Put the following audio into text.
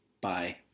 Bye